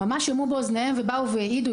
ממש שמעו באוזניהם והעידו,